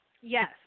Yes